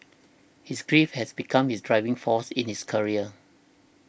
his grief has become his driving force in his career